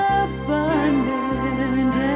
abundant